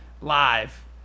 Live